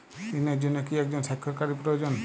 ঋণের জন্য কি একজন স্বাক্ষরকারী প্রয়োজন?